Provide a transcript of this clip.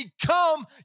become